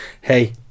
hey